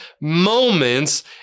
moments